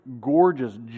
gorgeous